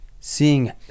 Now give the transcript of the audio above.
seeing